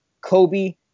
Kobe